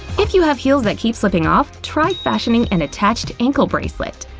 if you have heels that keep slipping off, try fashioning an attached ankle bracelet!